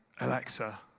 Alexa